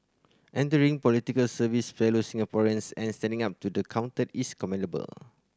entering politics serving fellow Singaporeans and standing up to the counted is commendable